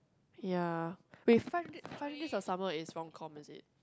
ya wait five day five days of summer is romcom is it